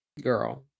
girl